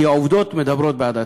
כי העובדות מדברות בעד עצמן,